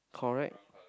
correct